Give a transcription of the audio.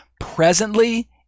presently